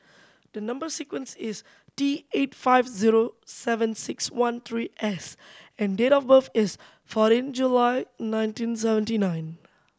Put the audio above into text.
the number sequence is T eight five zero seven six one three S and date of birth is fourteen July nineteen seventy nine